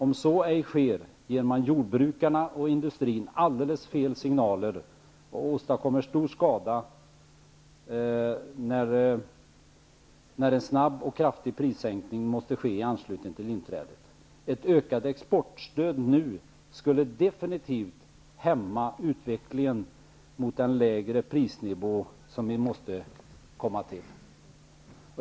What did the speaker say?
Om så ej sker, menar Lithell, ger man jordbrukarna och industrin alldeles fel signaler och åstadkommer stor skada när en snabb och kraftig prissänkning måste ske i anslutning till inträdet. Ett ökat exportstöd nu skulle definitivt hämma utvecklingen mot den lägre prisnivå som vi måste komma till.